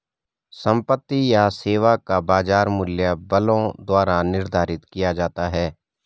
संपत्ति या सेवा का बाजार मूल्य बलों द्वारा निर्धारित किया जाता है